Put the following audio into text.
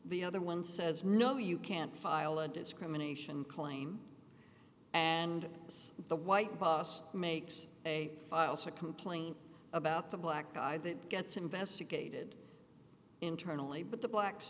the other one says no you can't file a discrimination claim and the white boss makes a files a complaint about the black guy that gets investigated internally but the blacks